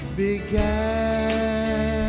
began